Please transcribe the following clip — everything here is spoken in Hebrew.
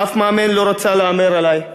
אף מאמן לא רצה להמר עלי.